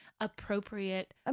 appropriate